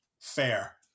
Fair